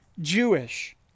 Jewish